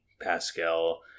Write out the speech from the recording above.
Pascal